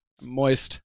Moist